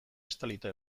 estalita